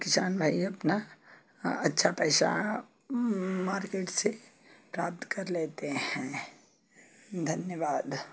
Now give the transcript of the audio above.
किसान भाई अपना अच्छा पैसा मार्केट से प्राप्त कर लेते हैं धन्यवाद